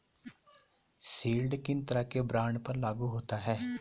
Yield किन तरह के बॉन्ड पर लागू होता है?